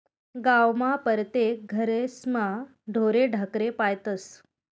गावमा परतेक घरेस्मा ढोरे ढाकरे पायतस